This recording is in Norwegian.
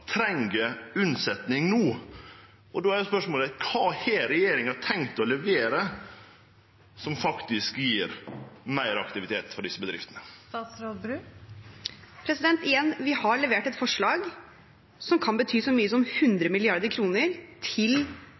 treng unnsetning no. Då er spørsmålet: Kva har regjeringa tenkt å levere som faktisk gjev meir aktivitet for desse bedriftene? Igjen: Vi har levert et forslag som kan bety så mye som 100 mrd. kr til